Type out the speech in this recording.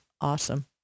awesome